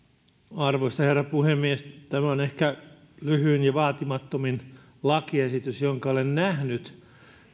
arvoisa herra puhemies tämä on ehkä lyhyin ja vaatimattomin lakiesitys jonka olen nähnyt